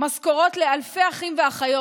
משכורות לאלפי אחים ואחיות,